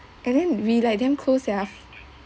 and then we like damn close sia